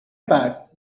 pad